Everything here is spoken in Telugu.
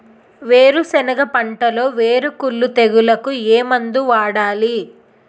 వేరుసెనగ పంటలో వేరుకుళ్ళు తెగులుకు ఏ మందు వాడాలి?